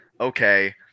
okay